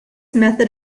method